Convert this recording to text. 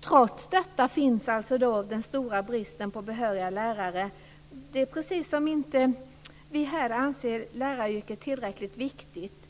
Trots detta finns alltså en stor brist på behöriga lärare. Det är precis som om vi här inte ansåg läraryrket tillräckligt viktigt.